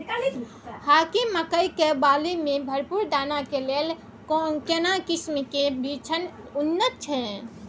हाकीम मकई के बाली में भरपूर दाना के लेल केना किस्म के बिछन उन्नत छैय?